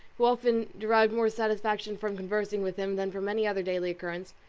who often derived more satisfaction from conversing with him than from any other daily occurrence,